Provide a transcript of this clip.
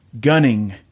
gunning